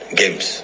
games